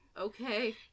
Okay